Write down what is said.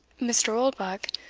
mr. oldbuck,